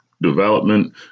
development